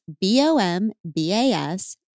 B-O-M-B-A-S